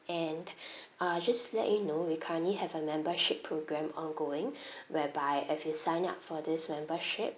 and uh just to let you know we currently have a membership programme ongoing whereby if you sign up for this membership